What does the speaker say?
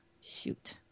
shoot